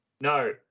No